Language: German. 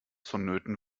vonnöten